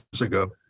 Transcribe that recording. ago